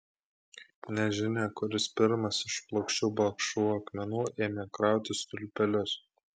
nežinia kuris pirmas iš plokščių balkšvų akmenų ėmė krauti stulpelius